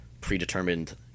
predetermined